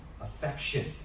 affection